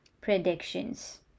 predictions